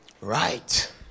Right